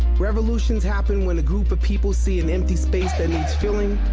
revolutions happen when a group of people see an empty space that needs filling,